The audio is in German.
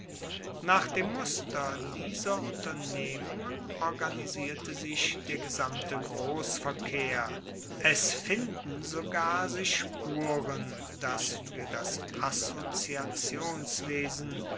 nach dem muster dieser unternehmungen organisierte sich der gesamte grossverkehr es finden sogar sich spuren dass fuer das